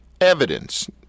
evidence